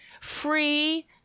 Free